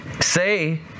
Say